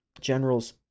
Generals